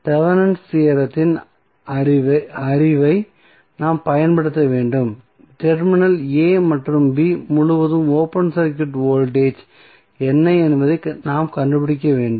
Thevenin's தியோரத்தின் அறிவை நாம் பயன்படுத்த வேண்டும் டெர்மினல் a மற்றும் b முழுவதும் ஓபன் சர்க்யூட் வோல்டேஜ் என்ன என்பதை நாம் கண்டுபிடிக்க வேண்டும்